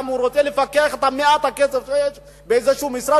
גם אם הוא רוצה לפקח על מעט הכסף שיש באיזה משרד,